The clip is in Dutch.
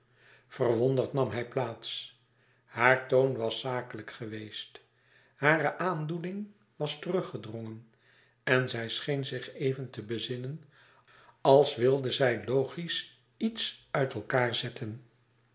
verwonderd nam hij plaats haar toon was zakelijk geweest hare aandoening was teruggedrongen en zij scheen zich even te bezinnen als wilde zij logisch iets uit elkaâr zetten